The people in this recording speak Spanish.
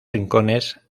rincones